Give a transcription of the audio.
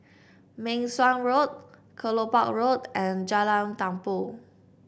Meng Suan Road Kelopak Road and Jalan Tumpu